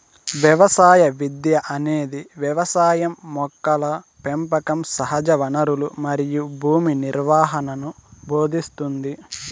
వ్యవసాయ విద్య అనేది వ్యవసాయం మొక్కల పెంపకం సహజవనరులు మరియు భూమి నిర్వహణను భోదింస్తుంది